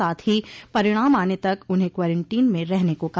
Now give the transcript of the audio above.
साथ ही परिणाम आने तक उन्हें क्वारंटीन में रहने को कहा